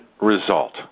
result